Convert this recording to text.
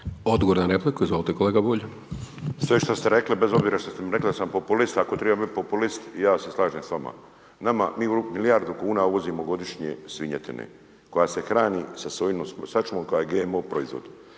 Odgovor na repliku, izvolite kolega Bulj. **Bulj, Miro (MOST)** Sve šta ste rekli, bez obzira što ste mi rekli da sam populist, ako treba biti populist, ja se slažem s vama. Mi milijardu kuna uvozimo godišnje svinjetine koja se hrani sa sojinom sačmom koja je GMO proizvod.